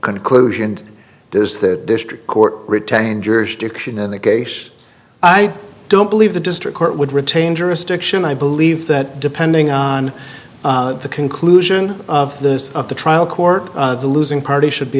conclusion and does the district court retain jurisdiction in that case i don't believe the district court would retain jurisdiction i believe that depending on the conclusion this of the trial court the losing party should be